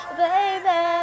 baby